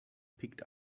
picked